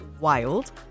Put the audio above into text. wild